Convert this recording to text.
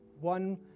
One